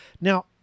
now